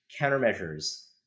countermeasures